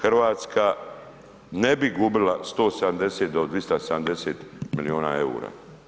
Hrvatska ne bi gubila 170 do 270 milijuna eura.